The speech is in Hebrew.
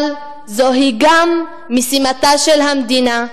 אבל זוהי גם משימתה של המדינה,